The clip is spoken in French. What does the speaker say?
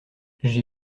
j’ai